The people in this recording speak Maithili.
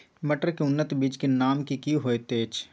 मटर के उन्नत बीज के नाम की होयत ऐछ?